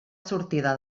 sortida